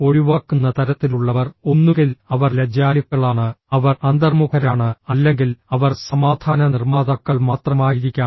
ഒഴിവാക്കുന്ന തരത്തിലുള്ളവർ ഒന്നുകിൽ അവർ ലജ്ജാലുക്കളാണ് അവർ അന്തർമുഖരാണ് അല്ലെങ്കിൽ അവർ സമാധാന നിർമ്മാതാക്കൾ മാത്രമായിരിക്കാം